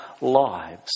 lives